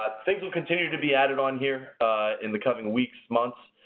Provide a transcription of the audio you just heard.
ah things will continue to be added on here in the coming weeks, months.